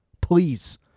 Please